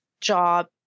job